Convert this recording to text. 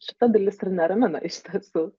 šita dalis ir neramina iš tiesų